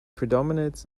predominates